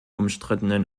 umstrittenen